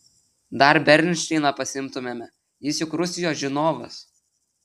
dar bernšteiną pasiimtumėme jis juk rusijos žinovas